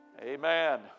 Amen